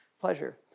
pleasure